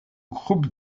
groupe